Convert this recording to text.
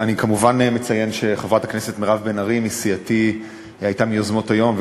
אני כמובן מציין שחברת הכנסת מירב בן ארי מסיעתי הייתה מיוזמות היום,